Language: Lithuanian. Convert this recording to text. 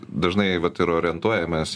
dažnai vat ir orientuojamės